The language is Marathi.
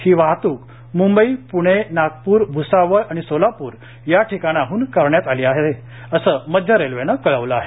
ही वाहतूक मुंबई पुणे नागपूर भुसावळ आणि सोलापूर या ठिकाणाहून करण्यात आली असल्याचं मध्य रेल्वेने कळवलं आहे